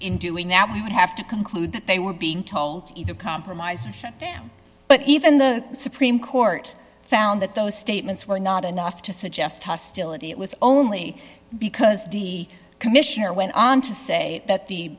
in doing that we would have to conclude that they were being told either compromised but even the supreme court found that those statements were not enough to suggest hostility it was only because the commissioner went on to say that the